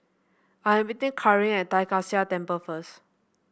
I am meeting Caryn at Tai Kak Seah Temple first